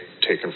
taken